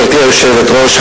גברתי היושבת-ראש,